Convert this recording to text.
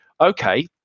Okay